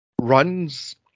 runs